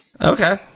Okay